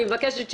אני מבקשת,